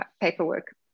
paperwork